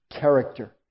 character